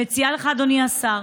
אני מציעה לך, אדוני השר,